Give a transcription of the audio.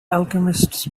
alchemists